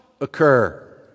occur